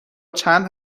چند